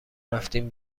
رفتیم